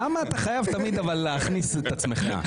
למה אתה חייב תמיד להכניס את עצמך?